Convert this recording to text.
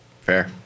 Fair